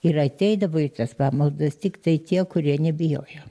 ir ateidavo į tas pamaldas tiktai tie kurie nebijojo